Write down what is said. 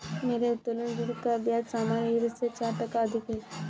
मेरे उत्तोलन ऋण का ब्याज सामान्य ऋण से चार टका अधिक है